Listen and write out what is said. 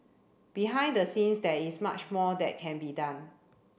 behind the scenes there is much more that can be done